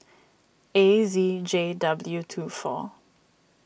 A Z J W two four